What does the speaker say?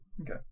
Okay